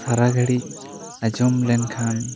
ᱥᱟᱨᱟ ᱜᱷᱟᱹᱲᱤᱡ ᱟᱸᱡᱚᱢ ᱞᱮᱱ ᱠᱷᱟᱱ